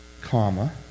comma